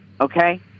Okay